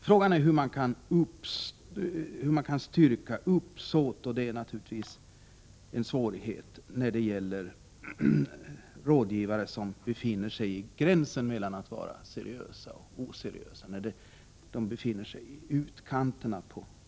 Frågan är hur man kan styrka uppsåt, och det är naturligtvis en svårighet när det gäller rådgivare som befinner sig på gränsen mellan att vara seriösa och oseriösa.